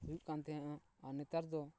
ᱦᱩᱭᱩᱜ ᱠᱟᱱ ᱛᱟᱦᱮᱸᱱᱟ ᱟᱨ ᱱᱮᱛᱟ ᱫᱚ